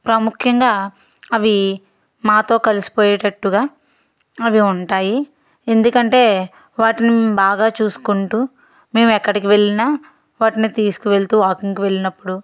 ప్రాముఖ్యంగా అవి మాతో కలిసి పోయేటట్టుగా అవి ఉంటాయి ఎందుకంటే వాటిని బాగా చూసుకుంటు మేము ఎక్కడికి వెళ్ళినా వాటిని తీసుకు వెళుతు వాకింగ్కి వెళ్ళినప్పుడు